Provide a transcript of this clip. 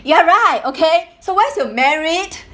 ya right okay so once you're married